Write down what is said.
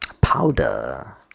powder